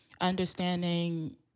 understanding